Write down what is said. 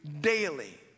daily